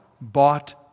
bought